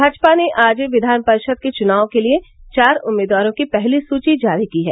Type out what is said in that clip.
भाजपा ने आज विधान परिषद के चुनाव के लिए चार उम्मीदवारों की पहली सूची जारी की है